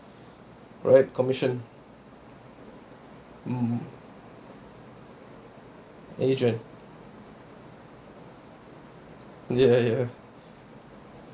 right commission mm agent ya ya